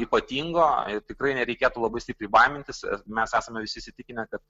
ypatingo ir tikrai nereikėtų labai stipriai baimintis mes esame visi įsitikinę kad